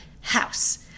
house